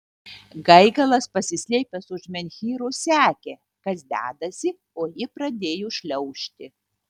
gaigalas pasislėpęs už menhyro sekė kas dedasi o ji pradėjo šliaužti